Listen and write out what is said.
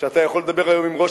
שאתה יכול לדבר היום עם ראש